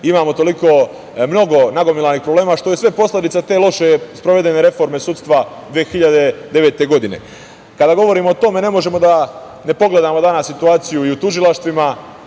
Imamo toliko mnogo nagomilanih problema, što je sve posledica te loše sprovedene reforme sudstava 2009. godine. Kada govorimo o tome, ne možemo a da ne pogledamo danas situaciju i u tužilaštvima,